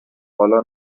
حالا